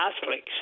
Catholics